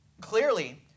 Clearly